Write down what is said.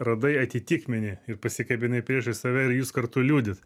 radai atitikmenį ir pasikabinai priešais save ir jūs kartu liūdit